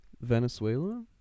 Venezuela